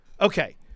Okay